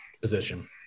position